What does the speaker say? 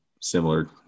similar